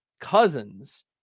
Cousins